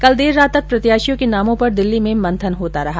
कल देर रात तक प्रत्याशियों के नामों पर दिल्ली में मंथन होता रहा